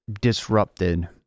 disrupted